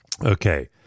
Okay